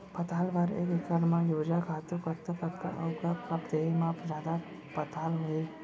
पताल बर एक एकड़ म यूरिया खातू कतका कतका अऊ कब कब देहे म जादा पताल होही?